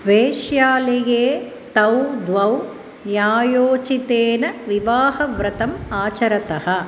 वेश्यालये तौ द्वौ न्यायोचितेन विवाहव्रतम् आचरतः